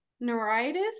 neuritis